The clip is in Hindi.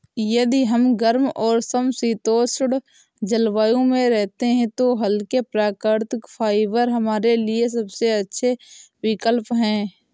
यदि हम गर्म और समशीतोष्ण जलवायु में रहते हैं तो हल्के, प्राकृतिक फाइबर हमारे लिए सबसे अच्छे विकल्प हैं